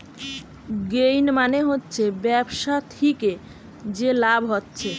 gain মানে হচ্ছে ব্যবসা থিকে যে লাভ হচ্ছে